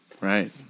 Right